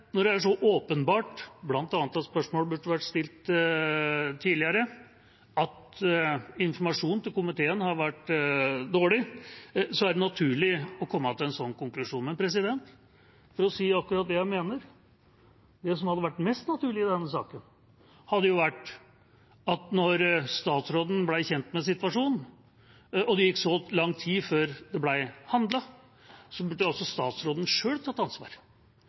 Når det er så åpenbart bl.a. at spørsmål burde vært stilt tidligere, og at informasjon til komiteen har vært dårlig, er det naturlig å komme til en sånn konklusjon. For å si akkurat det jeg mener: Det som hadde vært mest naturlig i denne saken, hadde jo vært at når statsråden ble kjent med situasjonen, og det gikk så lang tid før det ble handlet, burde statsråden selv tatt ansvar.